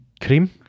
cream